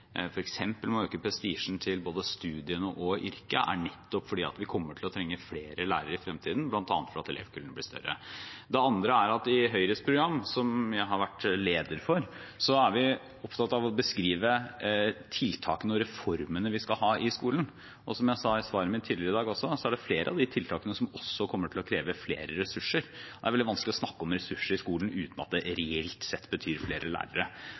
å øke prestisjen til både studiene og yrket, er nettopp at vi kommer til å trenge flere lærere i fremtiden, bl.a. fordi elevkullene blir større. Det andre er at i Høyres program, som jeg har vært leder for, er vi opptatt av å beskrive tiltakene og reformene vi skal ha i skolen. Og som jeg sa i svaret mitt tidligere i dag også, er det flere av de tiltakene som kommer til å kreve flere ressurser. Det er veldig vanskelig å snakke om ressurser i skolen uten at det reelt sett betyr flere lærere.